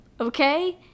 okay